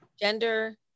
Gender